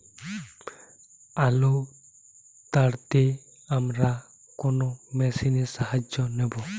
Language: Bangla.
আলু তাড়তে আমরা কোন মেশিনের সাহায্য নেব?